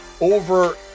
over